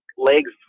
legs